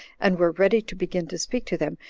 and were ready to begin to speak to them,